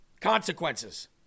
consequences